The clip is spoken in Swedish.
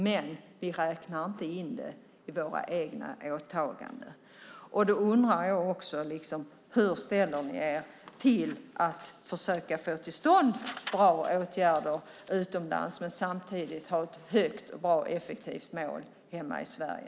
Men vi räknar inte in det här i våra egna åtaganden. Hur ställer ni er till att försöka få till stånd bra åtgärder utomlands samtidigt som vi har ett högt satt mål, ett effektivt och bra mål, hemma i Sverige?